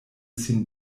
sin